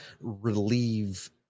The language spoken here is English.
relieve